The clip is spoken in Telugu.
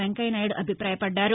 వెంకయ్యనాయుడు అభిపాయపడ్డారు